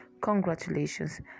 Congratulations